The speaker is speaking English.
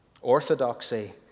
Orthodoxy